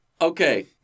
Okay